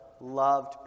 loved